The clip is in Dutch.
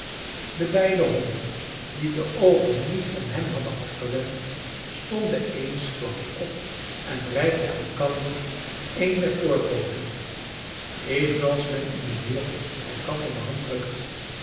de beide honden die de oogen niet van hem hadden afgewend stonden eensklaps op en reikten elkander een der voorpooten evenals men in de wereld elkander de